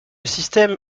système